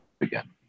again